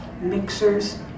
mixers